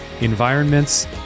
environments